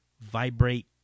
vibrate